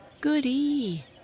Goody